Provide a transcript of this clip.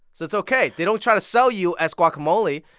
so it's ok. they don't try to sell you as guacamole.